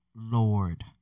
Lord